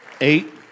Eight